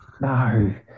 No